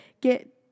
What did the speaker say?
get